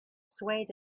swayed